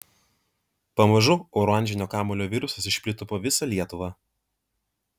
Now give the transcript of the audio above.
pamažu oranžinio kamuolio virusas išplito po visą lietuvą